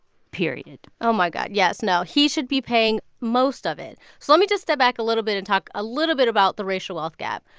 period oh, my god, yes. no. he should be paying most of it. so let me just step back a little bit and talk a little bit about the racial wealth gap.